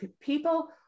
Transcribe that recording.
people